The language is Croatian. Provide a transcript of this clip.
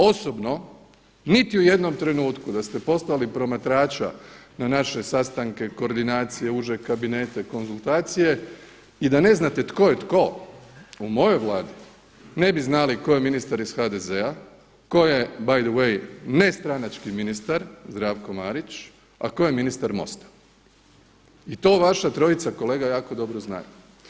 Osobno niti u jednom trenutku da ste poslali promatrača na naše sastanke, koordinacije, užeg kabineta i konzultacije i da ne znate tko je tko u mojoj Vladi, ne bi znali tko je ministar iz HDZ-a, tko je by the way ne stranački ministar Zdravko Marić, a tko je ministar MOST-a i to vaša trojica kolega jako dobro znaju.